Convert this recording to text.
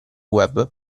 web